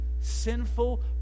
sinful